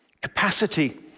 Capacity